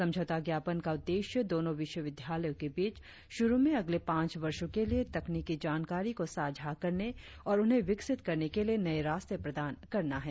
समझौता ज्ञापन का उद्देश्य दोनों विश्वविद्यालयों के बीच शुरु में अगले पांच वर्षों के लिए तकनीकी जानकारी को साझा करने और उन्हें विकसित करने के लिए नए रास्ते प्रदान करना है